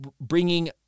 bringing